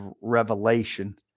revelation